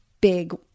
big